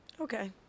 Okay